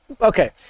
Okay